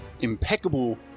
impeccable